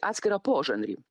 atskirą požanrį